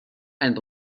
and